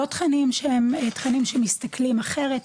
לא תכנים שהם תכנים שמסתכלים אחרת,